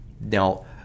now